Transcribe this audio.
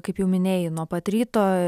kaip jau minėjai nuo pat ryto